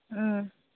ꯎꯝ